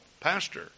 pastor